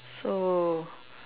so